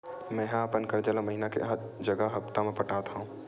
मेंहा अपन कर्जा ला महीना के जगह हप्ता मा पटात हव